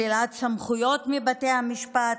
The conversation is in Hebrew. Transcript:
שלילת סמכויות מבתי המשפט,